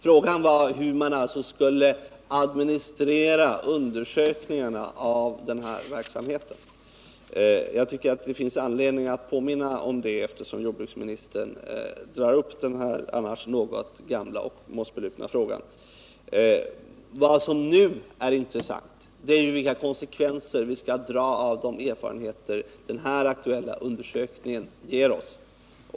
Frågan gällde hur undersökningarna inom den här verksamheten skulle administreras. Jag tycker det finns anledning att påminna om detta eftersom jordbruksministern tog upp den här annars något gamla och mossbelupna frågan. Vad som nu är intressant är vilka konsekvenser man skall dra av de erfarenheter som den här aktuella undersökningen ger oss.